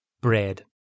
Bread